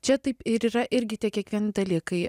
čia taip ir yra irgi tie kiekvieni dalykai